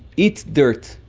eat dirt,